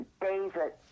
David